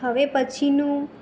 હવે પછીનું